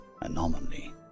anomaly